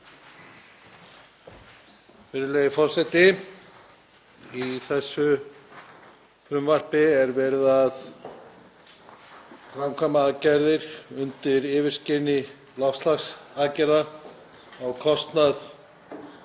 Virðulegi forseti. Í þessu frumvarpi er verið að framkvæma aðgerðir undir yfirskini loftslagsaðgerða á kostnað